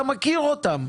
אתה מכיר אותם.